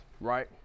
right